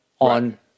on